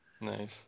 Nice